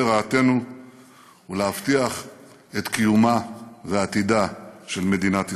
רעתנו ולהבטיח את קיומה ועתידה של מדינת ישראל.